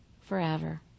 forever